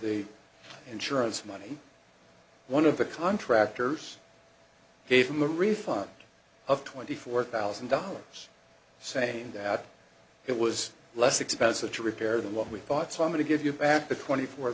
the insurance money one of the contractors gave him a refund of twenty four thousand dollars saying dad it was less expensive to repair than what we bought so i'm going to give you back the twenty four